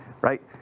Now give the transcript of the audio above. right